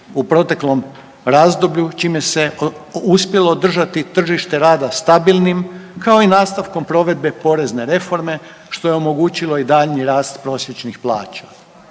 u proteklom razdoblju čime se uspjelo održati tržište rada stabilnim kao i nastavkom provedbe porezne reforme što je omogućilo i daljnji rast prosječnih plaća.